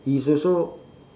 it's also